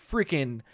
Freaking